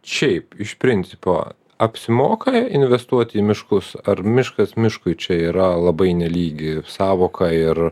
šiaip iš principo apsimoka investuoti į miškus ar miškas miškui čia yra labai nelygi sąvoka ir